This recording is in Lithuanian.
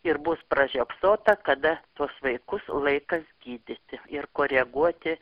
ir bus pražiopsota kada tuos vaikus laikas gydyti ir koreguoti